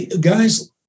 guys